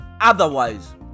otherwise